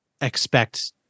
expect